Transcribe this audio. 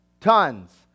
tons